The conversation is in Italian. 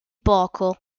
poco